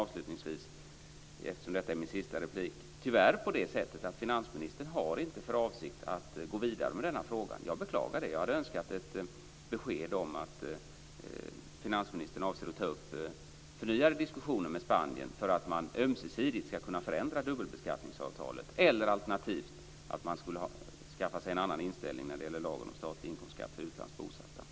Avslutningsvis tolkar jag tyvärr detta som att finansministern inte har för avsikt att gå vidare med denna fråga. Jag beklagar det. Jag hade önskat ett besked om att finansministern avsåg att ta upp förnyade diskussioner med Spanien för att man ömsesidigt skulle ha kunnat förändra dubbelbeskattningsavtalet, eller alternativt att man skulle ha skaffat sig en annan inställning när det gäller lagen om statlig inkomstskatt för utomlands bosatta.